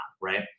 right